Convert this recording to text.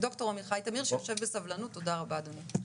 ד"ר עמיחי תמיר שיושב בסבלנות, תודה רבה, אדוני.